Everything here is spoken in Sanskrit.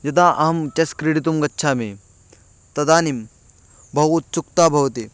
यदा अहं चेस् क्रीडितुं गच्छामि तदानीं बहु उत्सुकता भवति